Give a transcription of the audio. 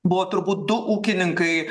buvo turbūt du ūkininkai